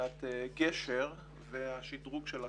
ומרפאת גשר והשדרוג שלה.